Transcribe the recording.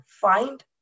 find